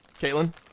caitlin